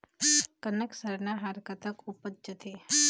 कनक सरना हर कतक उपजथे?